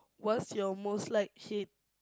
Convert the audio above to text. what's your most like hate